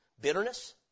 bitterness